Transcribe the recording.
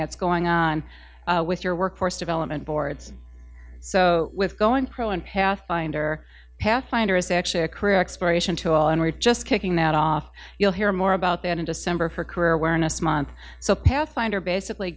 that's going on with your workforce development boards so with going pro and pathfinder pathfinder is actually a career exploration tool and we're just kicking that off you'll hear more about that in december her career awareness month so pathfinder basically